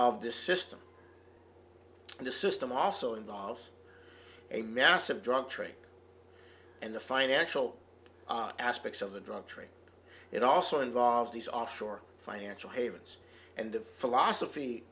of this system and the system also involves a massive drug trade and the financial aspects of the drug trade it also involves these offshore financial havens and of philosophy